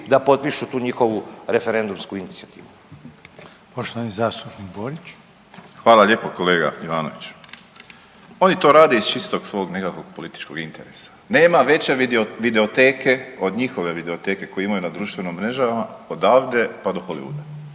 da potpišu tu njihovu referendumsku inicijativu. **Reiner, Željko (HDZ)** Poštovani zastupnik Borić. **Borić, Josip (HDZ)** Hvala lijepo kolega Ivanoviću. Oni to rade iz čistog svog nekakvog političkog interesa. Nema veće videoteke od njihove videoteke koji imaju na društvenim mrežama, odavde pa do Hollywooda.